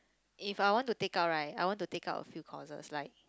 if I want to take up right I want to take up a few courses like